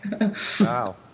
Wow